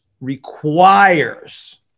requires